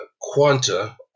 quanta